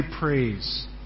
praise